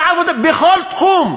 בכל תחום.